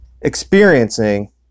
experiencing